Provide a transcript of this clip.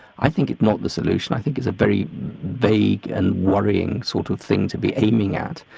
i think it's not the solution, i think it's a very vague and worrying sort of thing to be aiming at.